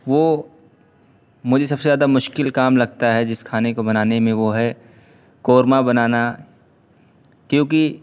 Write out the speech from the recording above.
وہ مجھے سب سے زیادہ مشکل کام لگتا ہے جس کھانے کو بنانے میں وہ ہے قورمہ بنانا کیونکہ